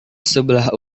sebelah